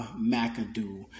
McAdoo